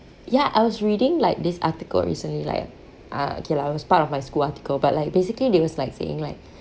ya I was reading like this article recently like ah okay lah it was part of my school article but like basically there was like saying like